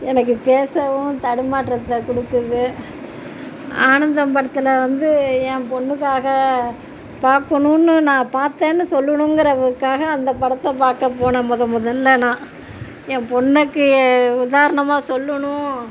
எனக்கு பேசவும் தடுமாற்றத்தை கொடுக்குது ஆனந்தம் படத்தில் வந்து என் பெண்ணுக்காக பார்க்கணுன்னு நான் பார்த்தன்னு சொல்லணுங்கிறதுக்காக அந்த படத்தை பார்க்க போனே முத முதலில் நான் என் பெண்ணுக்கு உதாரணமா சொல்லணும்